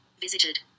visited